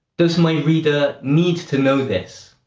does my reader need to know this?